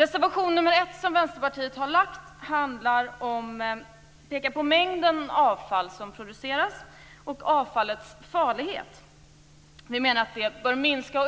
I reservation 1 från Vänsterpartiet pekar vi på den mängd avfall som produceras och avfallets farlighet. Vi menar att den bör minska.